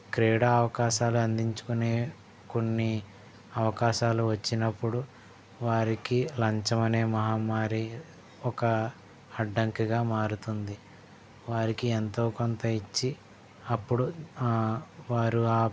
క్రీడా అవకాశాలు అందించుకునే కొన్ని అవకాశాలు వచ్చినప్పుడు వారికి లంచం అనే మహమ్మారి ఒక అడ్డంకిగా మారుతుంది వారికి ఎంతో కొంత ఇచ్చి అప్పుడు ఆ వారు ఆ